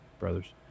brothers